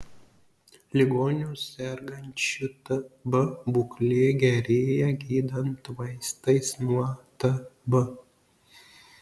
ligonių sergančių tb būklė gerėja gydant vaistais nuo tb